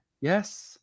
Yes